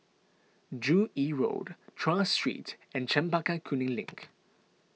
Joo Yee Road Tras Street and Chempaka Kuning Link